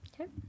okay